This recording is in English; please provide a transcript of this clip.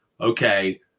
okay